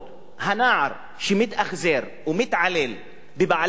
הנער שמתאכזר ומתעלל בבעלי-חיים,